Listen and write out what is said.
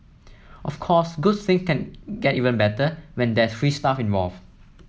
of course good things can get even better when there's free stuff involve